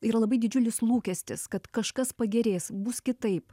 yra labai didžiulis lūkestis kad kažkas pagerės bus kitaip